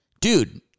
Dude